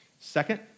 second